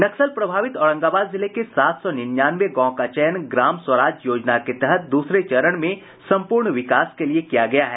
नक्सल प्रभावित औरंगाबाद जिले के सात सौ निन्यानवे गांव का चयन ग्राम स्वराज योजना के तहत दूसरे चरण में संपूर्ण विकास के लिए किया गया है